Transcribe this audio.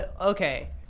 okay